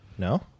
No